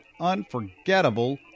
unforgettable